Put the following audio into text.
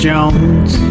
Jones